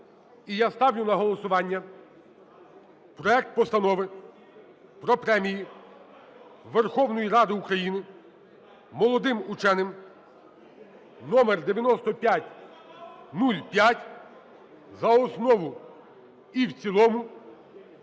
І я ставлю на голосування проект Постанови про Премію Верховної Ради України молодим ученим (№ 9505) за основу і в цілому.